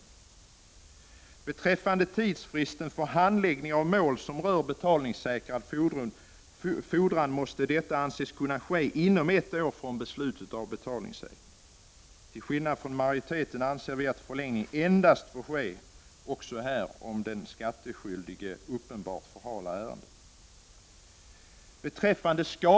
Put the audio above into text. Vad beträffar tidsfristen för handläggning av mål som rör betalningssäkrad fordran måste det anses räcka med ett år från beslutet om betalningssäkring. Till skillnad från majoriteten anser vi att förlängning även i sådana fall får ske endast om den skattskyldige uppenbart förhalar ärendet.